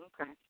okay